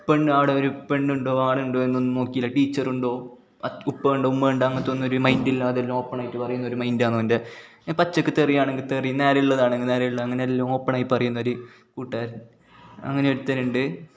പെണ്ണ് ആടെ ഒരു പെണ്ണുണ്ടോ ആണുണ്ടോ എന്നൊന്നും നോക്കില്ല ടീച്ചറുണ്ടോ ഉപ്പ ഉണ്ടോ ഉമ്മയുണ്ടോ അങ്ങനത്തെ ഒന്നും ഒരു മൈൻഡ് ഇല്ലാതെ എല്ലാം ഓപ്പണായിട്ട് പറയുന്ന ഒരു മൈൻഡാണ് അവൻ്റെ പച്ചക്ക് തെറി ആണങ്കിൽ തെറി നേരെ ഉള്ളതാണെങ്കിൽ നേരെ ഉള്ള അങ്ങനെ അല്ല ഓപ്പണായി പറയുന്നൊരു കൂട്ടുകാരൻ അങ്ങനെ ഒരുത്തൻ ഉണ്ട്